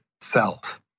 self